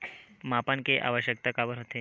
मापन के आवश्कता काबर होथे?